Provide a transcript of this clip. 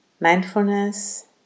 mindfulness